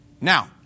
Now